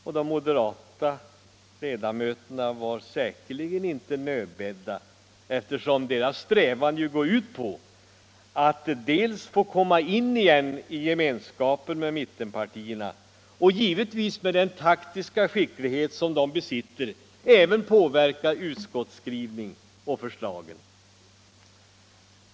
Och de moderata ledamöterna var säkerligen inte nödbedda, eftersom deras strävan är att komma in igen i gemenskapen med mittenpartierna och givetvis, med den taktiska skicklighet som de besitter, även påverka utskottsskrivningen och förslagen.